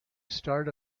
start